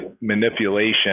manipulation